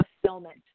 fulfillment